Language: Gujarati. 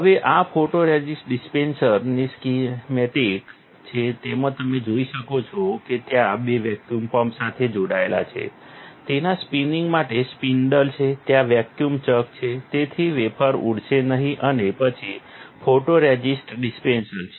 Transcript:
હવે આ ફોટોરઝિસ્ટ ડિસ્પેન્સર ની સ્કીમેટિક છે જેમાં તમે જોઈ શકો છો કે ત્યાં તે વેક્યુમ પંપ સાથે જોડાયેલ છે તેના સ્પિનિંગ માટે સ્પિન્ડલ છે ત્યાં વેક્યૂમ ચક છે તેથી વેફર ઉડશે નહીં અને પછી ફોટોરઝિસ્ટ ડિસ્પેન્સર છે